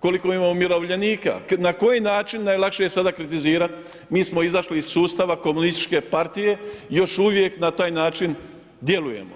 Koliko imamo umirovljenika, na koji način najlakše je sada kritizirati, mi smo izašli iz sustava komunističke partije, još uvijek na taj način djelujemo